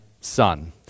son